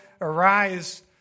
arise